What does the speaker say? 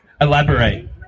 elaborate